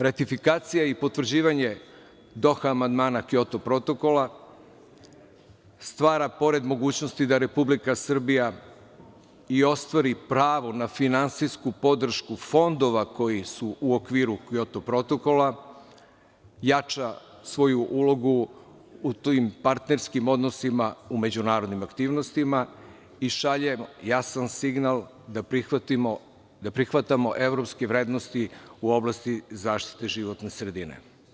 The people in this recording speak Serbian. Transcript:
Ratifikacija i potvrđivanje Doha amandmana Kjoto protokola stvara, pored mogućnosti da Republika Srbija i ostvari pravo na finansijsku podršku fondova koji su u okviru Kjoto protokola, jača svoju ulogu u tim partnerskim odnosima u međunarodnim aktivnostima i šalje jasan signal da prihvatamo evropske vrednosti u oblasti zaštite životne sredine.